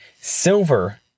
silver